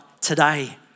today